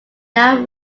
now